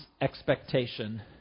expectation